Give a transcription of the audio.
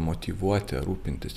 motyvuoti rūpintis